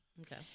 Okay